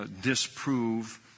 disprove